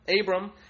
abram